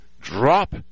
drop